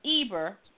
Eber